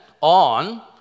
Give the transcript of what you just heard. on